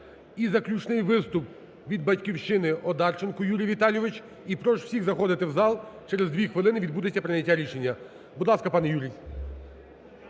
І заключний виступ від "Батьківщини" Одарченко Юрій Віталійович. І прошу всіх заходити в зал, через дві хвилини відбудеться прийняття рішення. Будь ласка, пане Юрій.